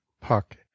puck